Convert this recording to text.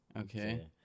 okay